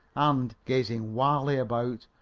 and, gazing wildly about,